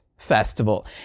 Festival